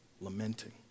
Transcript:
lamenting